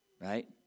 Right